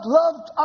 loved